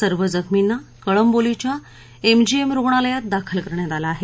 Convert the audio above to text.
सर्व जखमी ना कळंबोली च्या िजीमे रूग्णालयात दाखल करण्यात आलं आहे